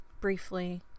briefly